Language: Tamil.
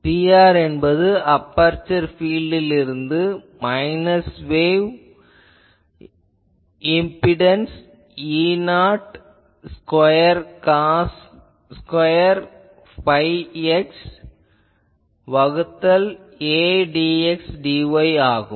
Pr என்பது அபெர்சர் பீல்டில் இருந்து minus wave impedance E0 square cos square pi x வகுத்தல் a dxdy ஆகும்